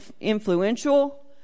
influential